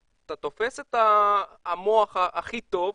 שאתה תופס את המוח הכי טוב.